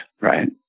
right